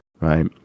right